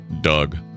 Doug